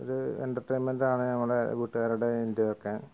ഒര് എന്റർട്ടെയ്ന്മെൻറ്റാണ് നമ്മളുടെ കൂട്ടുകാരുടേയും എൻറ്റേയും ഒക്കെ